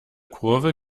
kurve